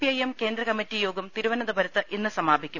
I M കേന്ദ്രകമ്മറ്റി യോഗം തിരുവനന്തപുരത്ത് ഇന്ന് സമാപിക്കും